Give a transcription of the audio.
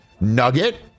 nugget